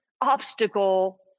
obstacle